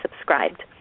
subscribed